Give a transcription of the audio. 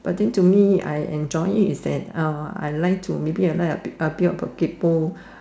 but then to me I enjoy it is that uh I like to maybe I like a bit of uh kaypoh